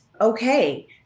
Okay